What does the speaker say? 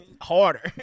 Harder